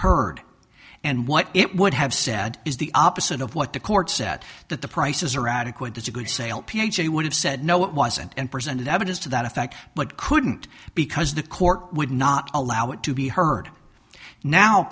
heard and what it would have said is the opposite of what the court said that the prices are adequate that's a good sale p h a would have said no it wasn't and presented evidence to that effect but couldn't because the court would not allow it to be heard now